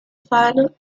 final